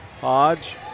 Hodge